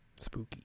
Spooky